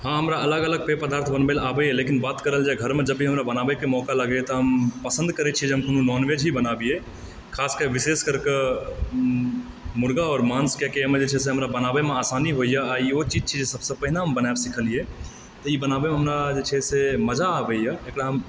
हाँ हमरा अलग अलग पेय पदार्थ बनबै लऽ आबैए लेकिन अगर बात करल जाए घरमे जब भी हमरा बनाबैके मौका लागैए तऽ हम पसन्द करै छिऐ जे हम कोनो नोनवेज ही बनाबिऐ खासके विशेष करि कऽ मुर्गा आओर माउस किएकि एहिमे जे छै से हमरा बनाबैमे आसानी होइए आ ईहो चीज छिऐ जे सभसँ पहिने हम बनाएब सिखलिऐ तऽ ई बनाबैमे हमरा जे छै से मजा आबैए